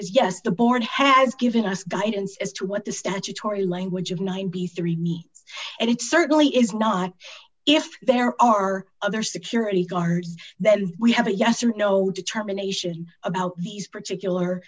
is yes the board has given us guidance as to what the statutory language of ninety three me and it certainly is not if there are other security guards then we have a yes or no determination about these particular